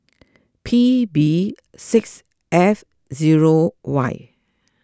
P B six F zero Y